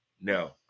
No